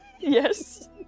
Yes